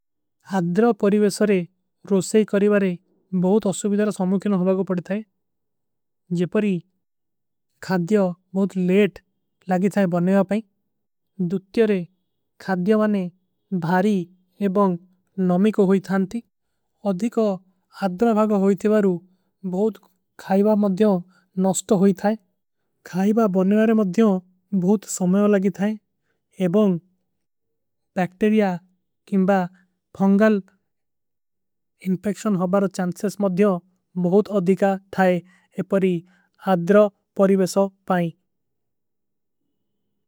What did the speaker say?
ହାଦ୍ରା ପରିଵେଶରେ ରୋଷେ କରୀବାରେ ବହୁତ ଅସ୍ପିଦାର ସମୁଖିନ ହୋ। ଭାଗ ପଡୀ ଥାଈ ଜେ ପରୀ ଖାଦ୍ଯା ବହୁତ ଲେଟ ଲାଗୀ ଥାଈ ବନେଵା ପାଈ। ଦୁତ୍ଯରେ ଖାଦ୍ଯା ବାନେ ଭାରୀ ଏବଂଗ ନମିକୋ ହୋଈ ଥାନତୀ ଅଧିକୋ। ହାଦ୍ରା ଭାଗ ହୋଈ ଥେଵାରୋ ବହୁତ ଖାଈବା ମଦ୍ଯୋଂ ନସ୍ଟୋ ହୋଈ ଥାଈ। ଖାଈବା ବନେଵାରେ ମଦ୍ଯୋଂ ବହୁତ ସମଯୋଂ ଲାଗୀ ଥାଈ ଏବଂଗ ବୈକ୍ଟେରିଯା। କିଂବା ଫଂଗଲ ଇଂପେକ୍ଷନ ହୋବାର ଚାଂସେସ। ମଦ୍ଯୋଂ ବହୁତ ଅଧିକା ଥାଈ ଏପରୀ ହାଦ୍ରା ପରିଵେଶୋଂ ପାଈ।